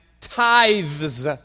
Tithes